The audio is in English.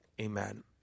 Amen